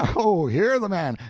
oh, hear the man!